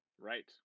Right